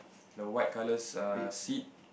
the white colours err seat